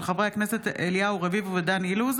של חברי הכנסת אליהו רביבו ודן אילוז,